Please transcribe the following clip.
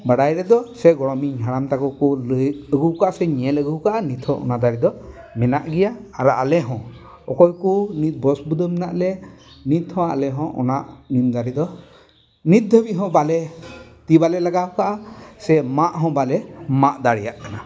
ᱵᱟᱰᱟᱭ ᱨᱮᱫᱚ ᱥᱮ ᱜᱚᱲᱚᱢᱤᱧ ᱦᱟᱲᱟᱢ ᱛᱟᱠᱚ ᱠᱚ ᱞᱟᱹᱭ ᱟᱹᱜᱩ ᱟᱠᱟᱫᱼᱟ ᱥᱮᱧ ᱧᱮᱞ ᱟᱹᱜᱩ ᱟᱠᱟᱫᱼᱟ ᱱᱤᱛ ᱦᱚᱸ ᱚᱱᱟ ᱫᱟᱨᱮ ᱫᱚ ᱢᱮᱱᱟᱜ ᱜᱮᱭᱟ ᱟᱨ ᱟᱞᱮ ᱦᱚᱸ ᱚᱠᱚᱭ ᱠᱚ ᱱᱤᱛ ᱵᱚᱥᱵᱩᱫᱟᱹ ᱢᱮᱱᱟᱜ ᱞᱮ ᱱᱤᱛ ᱦᱚᱸ ᱟᱞᱮ ᱦᱚᱸ ᱚᱱᱟ ᱱᱤᱢ ᱫᱟᱨᱮ ᱫᱚ ᱱᱤᱛ ᱫᱷᱟᱹᱵᱤᱡ ᱦᱚᱸ ᱵᱟᱞᱮ ᱛᱤ ᱵᱟᱞᱮ ᱞᱟᱜᱟᱣ ᱟᱠᱟᱫᱼᱟ ᱥᱮ ᱢᱟᱜ ᱦᱚᱸ ᱵᱟᱞᱮ ᱢᱟᱜ ᱫᱟᱲᱮᱭᱟᱜ ᱠᱟᱱᱟ